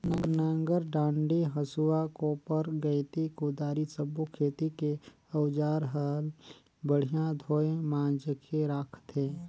नांगर डांडी, हसुआ, कोप्पर गइती, कुदारी सब्बो खेती के अउजार हल बड़िया धोये मांजके राखथे